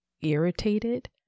irritated